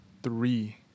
three